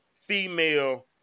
female